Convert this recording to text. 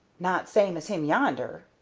not same as him yonder,